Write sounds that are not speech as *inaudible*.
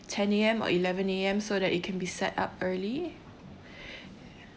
ten A_M or eleven A_M so that it can be set up early *breath*